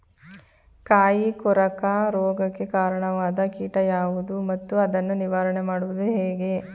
ಕಾಯಿ ಕೊರಕ ರೋಗಕ್ಕೆ ಕಾರಣವಾದ ಕೀಟ ಯಾವುದು ಮತ್ತು ಅದನ್ನು ನಿವಾರಣೆ ಮಾಡುವುದು ಹೇಗೆ?